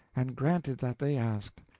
and granted that they asked.